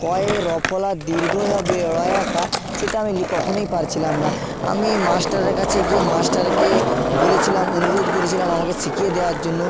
ক এ র ফলা দীর্ঘ ঈ হবে ড় এ আকার সেটা আমি কখনোই পারছিলাম না আমি মাস্টারের কাছে গিয়ে মাস্টারকে বলেছিলাম অনুরোধ করেছিলাম আমাকে শিখিয়ে দেওয়ার জন্য